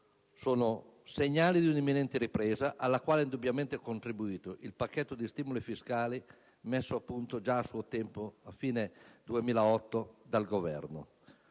Sono segnali un'imminente ripresa, alla quale ha indubbiamente contribuito il pacchetto di stimoli fiscali messo a punto, già alla fine del 2008, dal Governo.